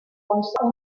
conserva